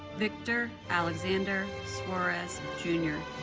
victor alexander suarez jr.